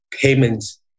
payments